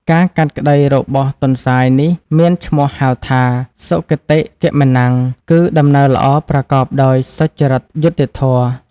ការកាត់ក្តីរបស់ទន្សាយនេះមានឈ្មោះហៅថា សុគតិគមនំ គឺដំណើរល្អប្រកបដោយ សុចរិតយុត្តិធម៌។